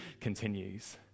continues